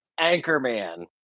Anchorman